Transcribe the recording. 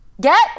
Get